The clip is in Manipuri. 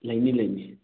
ꯂꯩꯅꯤ ꯂꯩꯅꯤ